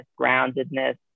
groundedness